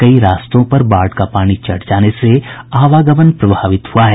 कई रास्तों पर बाढ़ का पानी चढ़ जाने से आवागमन प्रभावित हुआ है